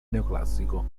neoclassico